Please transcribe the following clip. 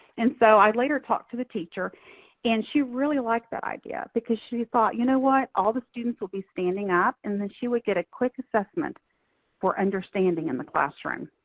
and so i later talked to the teacher and she really liked that idea, because she thought, you know what? all the students will be standing up and then she would get a quick assessment for understanding in the classroom.